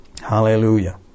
Hallelujah